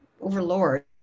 overlord